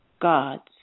gods